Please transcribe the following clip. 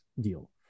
deal